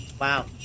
Wow